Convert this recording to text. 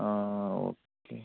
okay